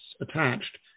attached